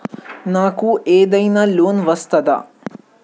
నాకు ఏదైనా లోన్ వస్తదా?